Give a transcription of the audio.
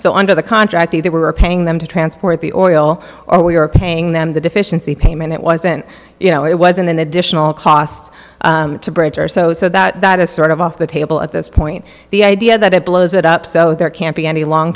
so under the contract they were paying them to transport the oil or we were paying them the deficiency payment it wasn't you know it wasn't an additional cost to bridge or so so that is sort of off the table at this point the idea that it blows it up so there can't be any long